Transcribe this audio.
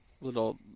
little